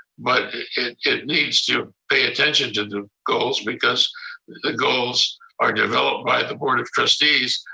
but it it needs to pay attention to the goals because the goals are developed by the board of trustees.